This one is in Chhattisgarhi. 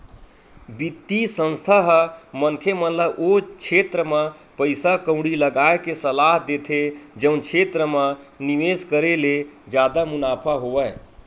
बित्तीय संस्था ह मनखे मन ल ओ छेत्र म पइसा कउड़ी लगाय के सलाह देथे जउन क्षेत्र म निवेस करे ले जादा मुनाफा होवय